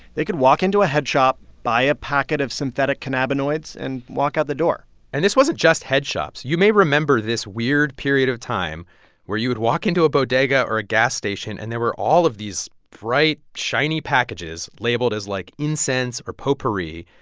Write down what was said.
they could walk into a head shop, buy a packet of synthetic cannabinoids and walk out the door and this wasn't just head shops. you may remember this weird period of time where you would walk into a bodega or a gas station and there were all of these bright, shiny packages labeled as, like, incense or potpourri.